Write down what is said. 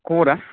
खबरा